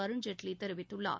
அருண்ஜேட்லி தெரிவித்துள்ளார்